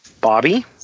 Bobby